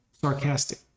sarcastic